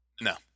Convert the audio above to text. No